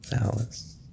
Alice